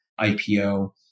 IPO